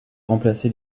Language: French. remplacé